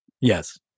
Yes